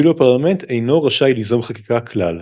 ואילו הפרלמנט אינו רשאי ליזום חקיקה כלל.